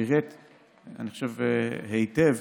שפירט היטב,